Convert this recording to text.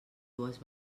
dues